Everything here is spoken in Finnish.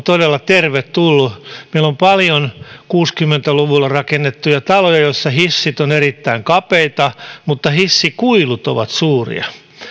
todella tervetulleet meillä on paljon kuusikymmentä luvulla rakennettuja taloja joissa hissit ovat erittäin kapeita mutta hissikuilut ovat suuria